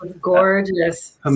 gorgeous